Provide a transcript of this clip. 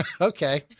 Okay